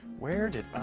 where did